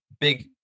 big